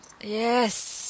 Yes